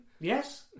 Yes